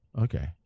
okay